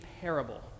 parable